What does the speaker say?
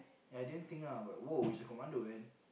ya I didn't think ah but !woah! he's a commando man